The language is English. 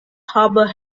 harbor